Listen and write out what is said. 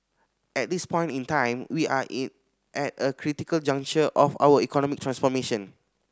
at this point in time we are in at a critical juncture of our economic transformation